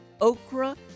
okra